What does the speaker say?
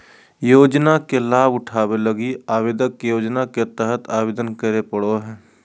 योजना के लाभ उठावे लगी आवेदक के योजना के तहत आवेदन करे पड़ो हइ